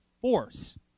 force